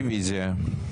רביזיה.